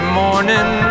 morning